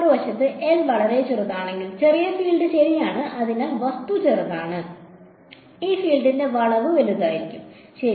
മറുവശത്ത് L വളരെ ചെറുതാണെങ്കിൽ ചെറിയ ഫീൽഡ് ശരിയാണ് അതിനാൽ വസ്തു ചെറുതാണ് ഈ ഫീൽഡിന്റെ വളവ് വലുതായിരിക്കും ശരി